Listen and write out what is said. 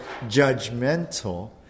judgmental